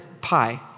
pi